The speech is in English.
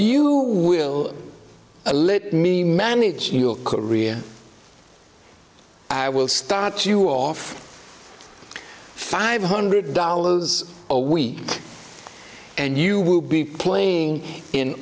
you will let me manage your career i will start you off five hundred dollars a week and you will be playing in